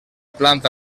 planta